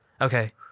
okay